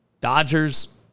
Dodgers